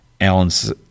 Alan's